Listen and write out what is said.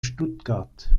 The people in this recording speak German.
stuttgart